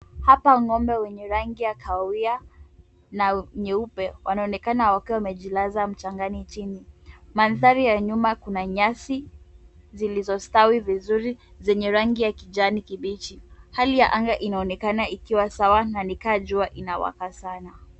Hapa ng'ombe wenye rangi ya kahawia na nyeupe wanaonekana wakiwa wamejilaza mchangani chini. Mandhari ya nyuma kuna nyasi zilizostawi vizuri zenye rangi ya kijani kibichi. Hali ya anga inaonekana ikiwa sawa na ni kama jua inawaka sana.